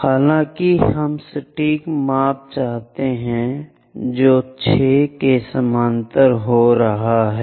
हालाँकि हम सटीक माप चाहते हैं जो 6 के समानांतर हो रहा है